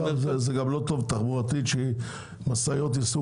זה גם לא טוב תחבורתית שמשאיות ייסעו